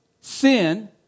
sin